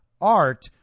art